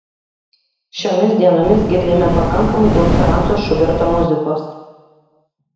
šiomis dienomis girdime pakankamai daug franco šuberto muzikos